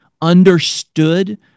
understood